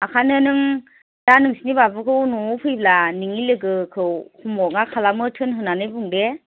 ओंखायनो नों दा नोंसिनि बाबुखौ न'आव फैब्ला नोंनि लोगोखौ हमअवार्कआ खालामनो थिन होनानै बुंदे